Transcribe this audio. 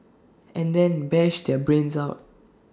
and then bash their brains out